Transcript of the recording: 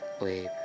wave